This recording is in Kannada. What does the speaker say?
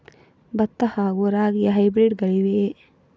ಭತ್ತ ಹಾಗೂ ರಾಗಿಯ ಹೈಬ್ರಿಡ್ ಗಳಿವೆಯೇ?